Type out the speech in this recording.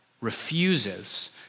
refuses